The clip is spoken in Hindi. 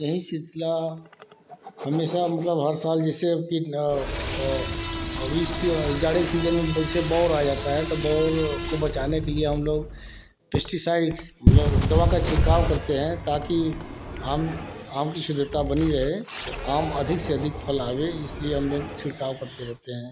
यही सिलसिला हमेशा मतलब हर साल जैसे अभी से जाड़े के सीज़न सीज़न में बैसे बौड़ आ जाता है तो बौड़ को बचाने के लिए हम लोग पेस्टिसाइड्स हम लोग दवा का छिड़काव करते हैं ताकि आम आम की शुद्धता बनी रहे आम अधिक से अधिक फल आवे इसलिए हम लोग छिड़काव करते रहते हैं